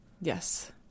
Yes